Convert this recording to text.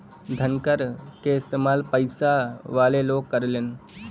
धनकर क इस्तेमाल पइसा वाले लोग करेलन